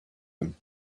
them